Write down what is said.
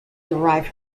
derive